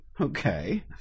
Okay